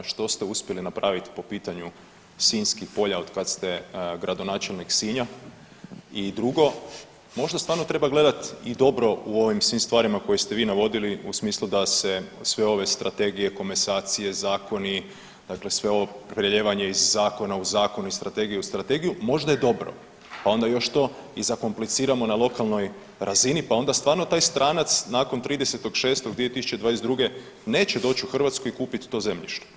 Što ste uspjeli napravit po pitanju Sinjskih polja otkad ste gradonačelnik Sinja i drugo, možda stvarno treba gledat i dobro u ovim svim stvarima koje ste vi navodili u smislu da se sve ove strategije, komesacije, zakoni, dakle sve ovo prelijevanje iz zakona u zakon i strategije u strategiju možda je dobro, pa onda još to i zakompliciramo na lokalnoj razini, pa onda stvarno taj stranac nakon 30.6.2022. neće doć u Hrvatsku i kupit to zemljište.